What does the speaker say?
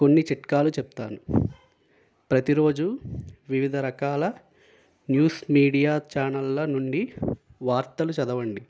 కొన్ని చిట్కాలు చెప్తాను ప్రతిరోజు వివిధ రకాల న్యూస్ మీడియా ఛానళ్ల నుండి వార్తలు చదవండి